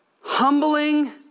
humbling